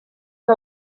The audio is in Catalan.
que